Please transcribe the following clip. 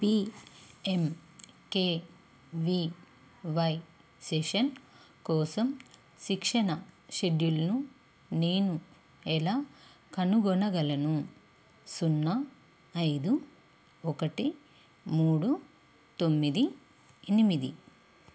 P M K V Y session కోసం శిక్షణ షెడ్యూల్ను నేను ఎలా కనుగొనగలను సున్నా ఐదు ఒకటి మూడు తొమ్మిది ఎనిమిది